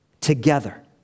together